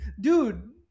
dude